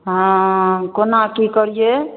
हाँ कोना कि करिए